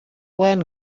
land